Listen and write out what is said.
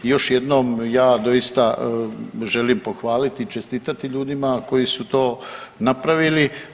Još jednom ja doista želim pohvaliti, čestitati ljudima koji su to napravili.